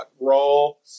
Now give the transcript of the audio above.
role